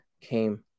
came